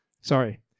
Sorry